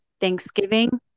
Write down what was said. Thanksgiving